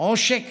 עושק